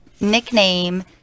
nickname